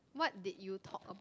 what did you talk about